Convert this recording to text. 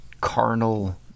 carnal